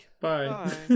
bye